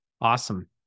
Awesome